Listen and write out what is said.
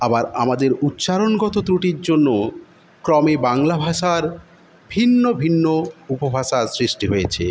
আবার আমাদের উচ্চারণগত ত্রুটির জন্য ক্রমে বাংলা ভাষার ভিন্ন ভিন্ন উপভাষা সৃষ্টি হয়েছে